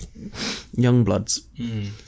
Youngbloods